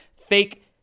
fake